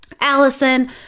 Allison